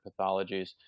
pathologies